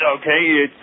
Okay